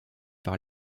par